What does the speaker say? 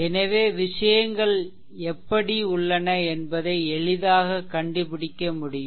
எனவே விஷயங்கள் எப்படி உள்ளன என்பதை எளிதாக கண்டுபிடிக்க முடியும்